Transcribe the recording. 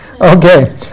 Okay